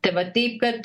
tai va tai kad